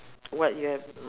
what you have